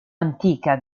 antica